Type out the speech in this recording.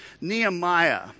Nehemiah